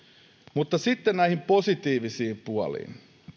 mutta sitten näihin positiivisiin puoliin